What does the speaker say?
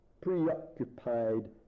preoccupied